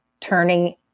turning